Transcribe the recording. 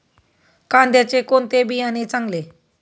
कांद्याचे कोणते बियाणे चांगले?